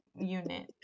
Unit